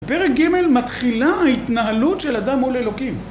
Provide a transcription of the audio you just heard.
פרק גמל מתחילה ההתנהלות של אדם מול אלוקים.